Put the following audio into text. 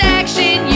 action